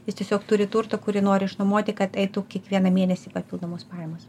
jis tiesiog turi turtą kurį nori išnuomoti kad eitų kiekvieną mėnesį papildomos pajamos